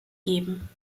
geben